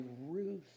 Ruth